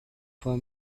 for